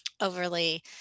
overly